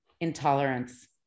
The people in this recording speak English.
Intolerance